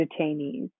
detainees